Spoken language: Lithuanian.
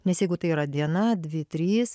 nes jeigu tai yra diena dvi trys